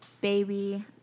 baby